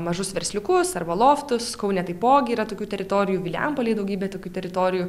mažus versliukus arba loftus kaune taipogi yra tokių teritorijų vilijampolėj daugybė tokių teritorijų